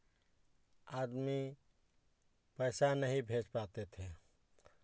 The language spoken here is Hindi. आदमी पैसा नहीं भेज पाते थे